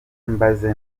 mbaze